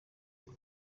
muri